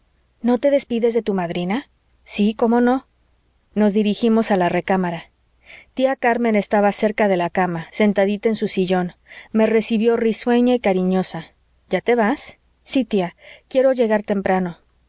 no te despides de tu madrina sí cómo no nos dirigimos a la recámara tía carmen estaba cerca de la cama sentadita en su sillón me recibió risueña y cariñosa ya te vas sí tía quiero llegar temprano